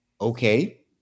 Okay